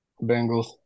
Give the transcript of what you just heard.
Bengals